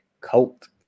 cult